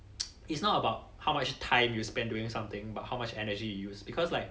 it's not about how much time you spend doing something but how much energy you use because like